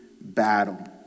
battle